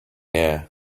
air